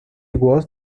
was